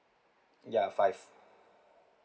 ya five